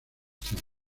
acción